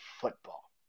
football